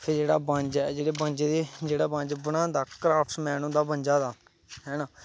फिर जेह्ड़ा बंज बनांदा क्राफ्टमैन होंदा बंजा दा हैना